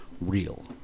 real